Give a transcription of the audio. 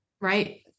right